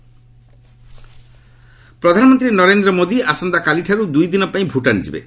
PM Bhutan ପ୍ରଧାନମନ୍ତ୍ରୀ ନରେନ୍ଦ୍ର ମୋଦୀ ଆସନ୍ତାକାଲିଠାରୁ ଦୁଇ ଦିନ ପାଇଁ ଭୁଟାନ ଯିବେ